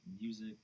music